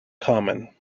common